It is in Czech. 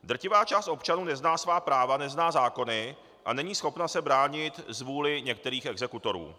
Drtivá část občanů nezná svá práva, nezná zákony a není schopna se bránit zvůli některých exekutorů.